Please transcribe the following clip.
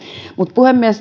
mutta puhemies